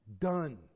Done